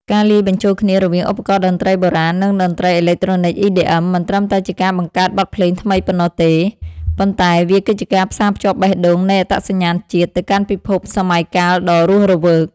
ការលាយបញ្ចូលគ្នារវាងឧបករណ៍តន្ត្រីបុរាណ និងតន្ត្រីអេឡិចត្រូនិក EDM មិនត្រឹមតែជាការបង្កើតបទភ្លេងថ្មីប៉ុណ្ណោះទេ ប៉ុន្តែវាគឺជាការផ្សារភ្ជាប់បេះដូងនៃអត្តសញ្ញាណជាតិ ទៅកាន់ពិភពសម័យកាលដ៏រស់រវើក។